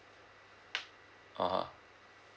(uh huh)